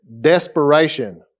desperation